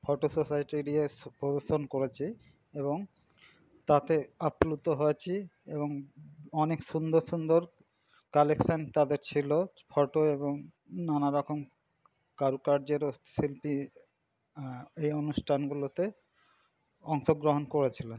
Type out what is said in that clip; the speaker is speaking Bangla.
ফটো সোসাইটি দিয়ে প্রদর্শন করেছে এবং তাতে আপ্লুপ্ত হয়েছি এবং অনেক সুন্দর সুন্দর কালেকশান তাদের ছিল ফটো এবং নানারকম কারুকার্যেরও শিল্পী এই অনুষ্ঠানগুলোতে অংশগ্রহণ করেছিলেন